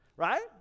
Right